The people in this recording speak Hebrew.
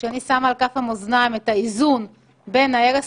כשאני שמה על כף המאזניים את האיזון בין ההרס